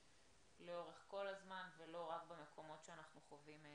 לאורך כל הזמן ולא רק במקומות שאנחנו חווים משברים.